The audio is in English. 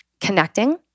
connecting